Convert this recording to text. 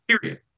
Period